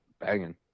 banging